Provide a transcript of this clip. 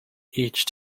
each